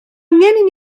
angen